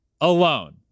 alone